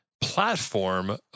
platform